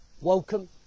Welcome